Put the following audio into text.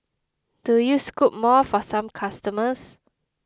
do you scoop more for some customers